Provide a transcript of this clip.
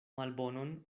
malbonon